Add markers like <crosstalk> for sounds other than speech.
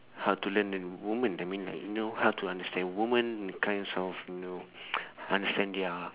how to learn the woman I mean like you know how to understand woman the kinds of you know <noise> understand their